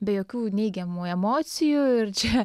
be jokių neigiamų emocijų ir čia